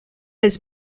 has